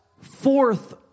forth